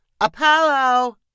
Apollo